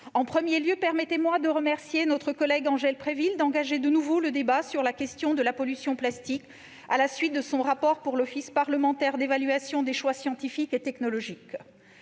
chers collègues, permettez-moi de remercier notre collègue Angèle Préville d'engager de nouveau le débat sur la question de la pollution par le plastique, à la suite de son rapport pour le compte de l'Office parlementaire d'évaluation des choix scientifiques et technologiques.